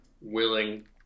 willing